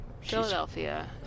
Philadelphia